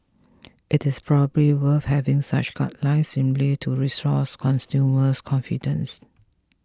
it is probably worth having such guidelines simply to restore consumer confidence